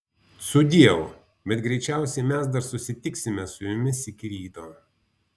sudieu bet greičiausiai mes dar susitiksime su jumis iki ryto